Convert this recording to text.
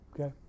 Okay